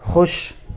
خوش